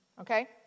okay